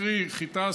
קרי חיטה,